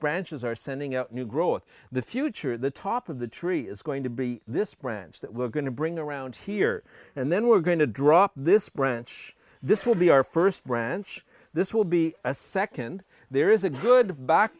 branches are sending out new growth the future the top of the tree is going to be this branch that we're going to bring around here and then we're going to drop this branch this will be our first branch this will be a second there is a good back